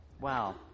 wow